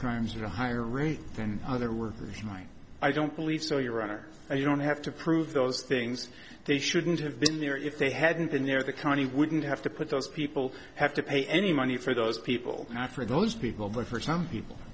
crimes of a higher rate than other workers mine i don't believe so your honor i don't have to prove those things they shouldn't have been there if they hadn't been there the county wouldn't have to put those people have to pay any money for those people not for those people but for some people